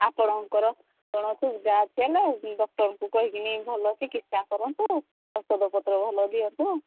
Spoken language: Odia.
ଆପଣଙ୍କର କ'ଣ ସୁବିଧା ଅଛି ହେଲେ ଡକ୍ଟରଙ୍କୁ କହିକି ନେଇ ଭଲ ଚିକିତ୍ସା କରନ୍ତୁ ଔଷଧ ପତ୍ର ଭଲ ଦିଅନ୍ତୁ